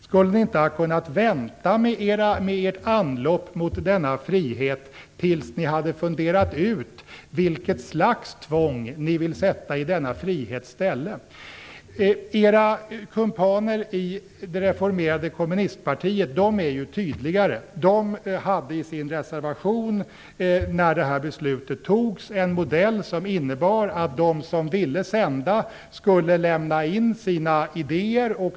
Skulle ni inte ha kunnat vänta med ert anlopp mot denna frihet tills ni funderat ut vilket slags tvång ni vill sätta i denna frihets ställe? Era kumpaner i det reformerade kommunistpartiet är tydligare. De hade i sin reservation när detta beslut fattades en modell som innebar att den som ville sända skulle lämna in sin idé.